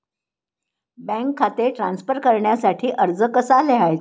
Bank खाते transfer करण्यासाठी अर्ज कसा लिहायचा?